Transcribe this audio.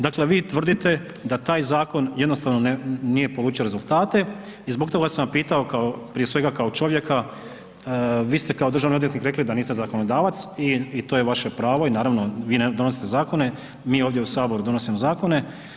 Dakle vi tvrdite da taj zakon jednostavno nije polučio rezultate i zbog toga sam vas pitao prije svega kao čovjeka, vi ste kao državni odvjetnik rekli da niste zakonodavac i to je vaše pravo i naravno vi ne donosite zakone, mi ovdje u Saboru donosimo zakone.